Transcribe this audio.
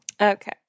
okay